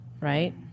right